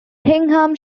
hingham